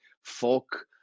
Folk